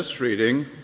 Reading